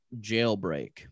Jailbreak